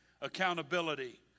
accountability